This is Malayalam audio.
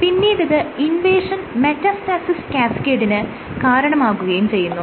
പിന്നീടിത് ഇൻവേഷൻ മെറ്റാസ്റ്റാസിസ് കാസ്കേഡിന് കാരണമാകുകയും ചെയ്യുന്നു